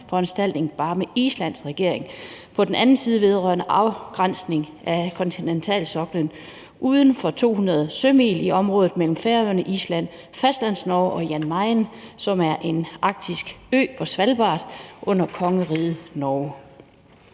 foranstaltning, bare med Islands regering på den anden side vedrørende afgrænsning af kontinentalsoklen uden for 200 sømil i området mellem Færøerne, Island, Fastlandsnorge og Jan Mayen, som er en arktisk ø ved Svalbard under kongeriget Norge.